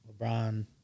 LeBron